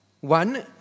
one